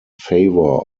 favor